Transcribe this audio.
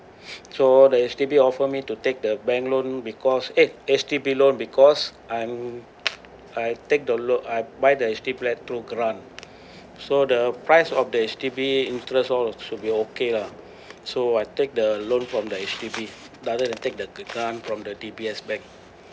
so the H_D_B offer me to take the bank loan because eh H_D_B loan because I'm I take the loan I buy the H_D_B flat through grant so the price of the H_D_B interest all should be okay lah so I take the loan from the H_D_B rather than take the grant from the D_B_S bank